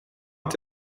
att